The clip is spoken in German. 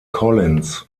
collins